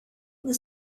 the